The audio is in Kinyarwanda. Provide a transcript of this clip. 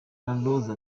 larose